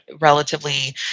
relatively